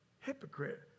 Hypocrite